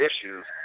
issues